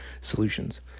solutions